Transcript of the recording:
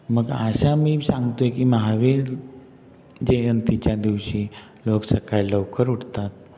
मग अशा मी सांगतोय की महावीर जयंतीच्या दिवशी लोक सकाळी लवकर उठतात